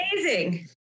amazing